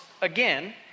again